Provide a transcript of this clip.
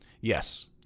Yes